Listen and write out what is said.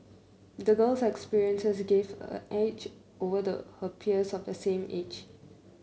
the girl's experiences gave her an edge over her peers of the same age